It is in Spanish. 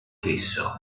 queso